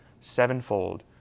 sevenfold